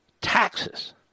taxes